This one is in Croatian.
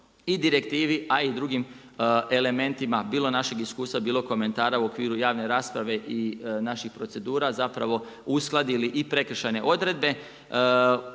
i direktivi a i drugim elementima, bilo našeg iskustva, bilo komentara u okviru javne rasprave i naših procedura zapravo uskladili i prekršajne odredbe.